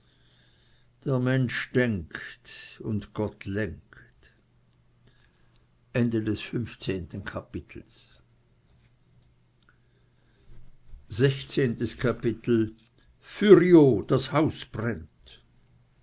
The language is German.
der mensch denkt und gott lenkt fürio das haus brennt